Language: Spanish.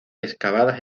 excavadas